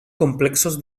complexos